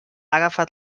agafat